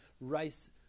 rice